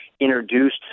introduced